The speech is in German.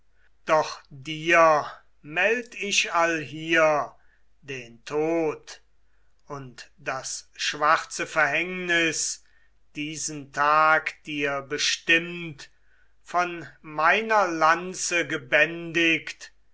doch dir meld ich allhier den tod und das schwarze verhängnis diesen tag dir bestimmt von meiner lanze gebändigt